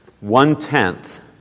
One-tenth